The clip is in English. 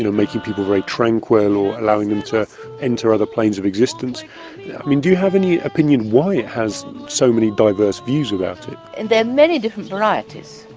you know making people very tranquil or allowing them to enter other planes of existence. i mean do you have any opinion why it has so many diverse views about it? and there are many different varieties.